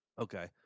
Okay